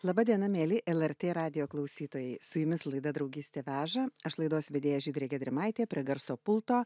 laba diena mieli lrt radijo klausytojai su jumis laida draugystė veža aš laidos vedėja žydrė gedrimaitė prie garso pulto